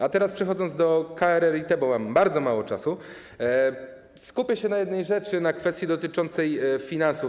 A teraz, przechodząc do KRRiT, bo mam bardzo mało czasu, skupię się na jednej rzeczy, na kwestii dotyczącej finansów.